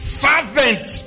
fervent